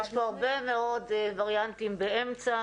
יש פה הרבה מאוד וריאנטים באמצע.